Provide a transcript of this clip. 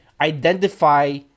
identify